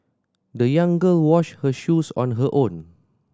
the young girl washed her shoes on her own